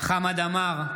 חמד עמאר,